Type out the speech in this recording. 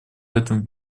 этом